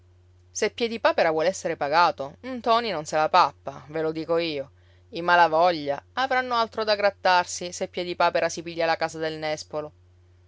malavoglia se piedipapera vuol essere pagato ntoni non se la pappa ve lo dico io i malavoglia avranno altro da grattarsi se piedipapera si piglia la casa del nespolo